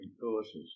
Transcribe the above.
courses